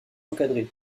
encadré